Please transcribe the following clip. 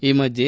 ಈ ಮಧ್ಯೆ